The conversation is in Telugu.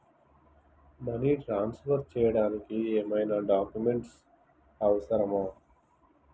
మనీ ట్రాన్స్ఫర్ చేయడానికి ఏమైనా డాక్యుమెంట్స్ అవసరమా?